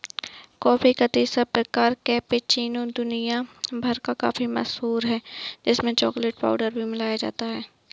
coffee का तीसरा प्रकार कैपेचीनो दुनिया भर में काफी मशहूर है जिसमें चॉकलेट पाउडर भी मिलाया जाता है